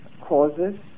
causes